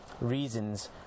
reasons